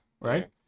right